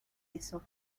eso